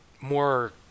more